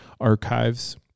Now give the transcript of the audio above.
archives